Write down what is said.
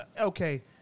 Okay